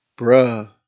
bruh